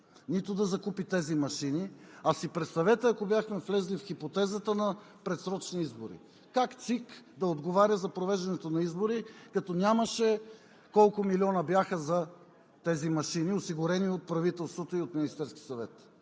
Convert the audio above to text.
нито да закупи тези машини. Представете си, ако бяхме влезли в хипотезата на предсрочни избори, как ЦИК да отговаря за провеждането на избори, като нямаше колко милиона бяха за тези машини, осигурени от правителството и от Министерския съвет?!